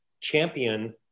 champion